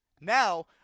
Now